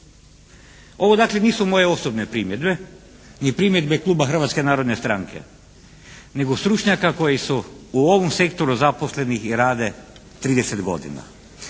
Ovo dakle nisu moje osobne primjedbe, ni primjedbe kluba Hrvatske narodne stranke, nego stručnjaka koji su u ovom sektoru zaposlenih i rade 30 godina,